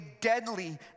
deadly